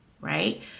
right